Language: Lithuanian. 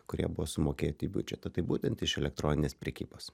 kurie buvo sumokėti į biudžetą tai būtent iš elektroninės prekybos